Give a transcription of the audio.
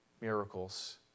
miracles